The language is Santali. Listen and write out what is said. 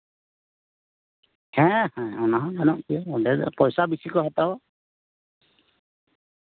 ᱦᱮᱸ ᱦᱮᱸ ᱚᱱᱟᱦᱚᱸ ᱜᱟᱱᱚᱜ ᱜᱮᱭᱟ ᱚᱸᱰᱮ ᱫᱚ ᱯᱚᱭᱥᱟ ᱵᱮᱥᱤ ᱠᱚ ᱦᱟᱛᱟᱣᱟ